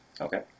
Okay